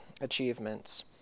achievements